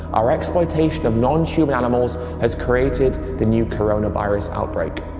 our exploitation of non-human animals has created the new coronavirus outbreak.